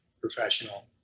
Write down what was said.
professional